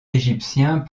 égyptiens